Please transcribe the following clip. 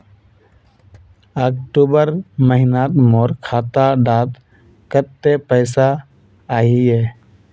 अक्टूबर महीनात मोर खाता डात कत्ते पैसा अहिये?